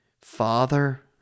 Father